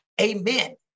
Amen